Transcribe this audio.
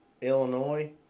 Illinois